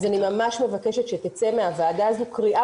אז אני ממש מבקשת שתצא מהוועדה הזו קריאה